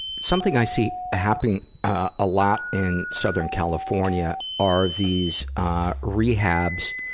something i see happen a lot in southern california are these rehabs